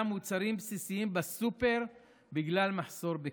מוצרים בסיסיים בסופר בגלל מחסור בכסף.